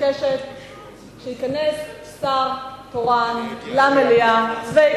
שייכנס שר תורן למליאה.